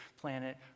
planet